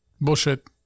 Bullshit